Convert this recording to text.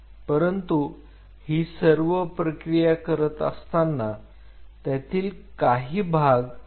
परंतु ही सर्व प्रक्रिया करत असताना त्यातील काही भाग हा मोडू शकतो